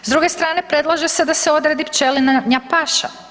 S druge strane predlaže se da se odredi pčelinja paša.